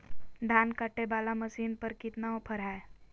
धान कटे बाला मसीन पर कितना ऑफर हाय?